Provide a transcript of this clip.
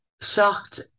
shocked